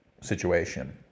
situation